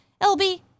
LB